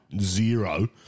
zero